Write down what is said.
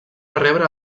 rebre